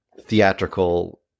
theatrical